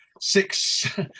six